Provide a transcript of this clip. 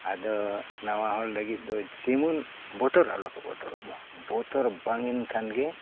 ᱟᱫᱚ ᱱᱟᱣᱟ ᱦᱚᱲ ᱞᱟᱹᱜᱤᱫ ᱫᱚ ᱡᱮᱢᱚᱱ ᱵᱚᱛᱚᱨ ᱟᱞᱚ ᱠᱚ ᱵᱚᱛᱚᱨᱚᱜ ᱢᱟ ᱵᱚᱛᱚᱨ ᱵᱟᱝ ᱮᱱᱠᱷᱟᱱ ᱜᱮ